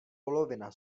polovina